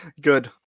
Good